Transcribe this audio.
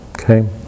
Okay